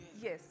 Yes